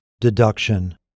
deduction